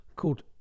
called